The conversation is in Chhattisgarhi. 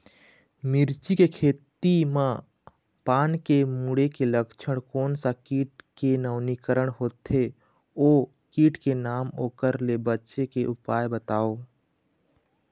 मिर्ची के खेती मा पान के मुड़े के लक्षण कोन सा कीट के नवीनीकरण होथे ओ कीट के नाम ओकर ले बचे के उपाय बताओ?